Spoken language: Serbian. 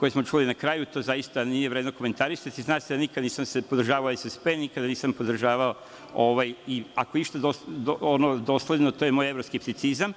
koje smo čuli na kraju, to zaista nije vredno komentarisati, zna se da nikad nisam podržavao SSP, nikada nisam podržavao, ako išta ono dosledno, to je moj evroskepticizam.